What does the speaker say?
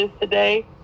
today